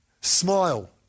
smile